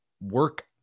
work